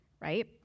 right